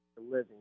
living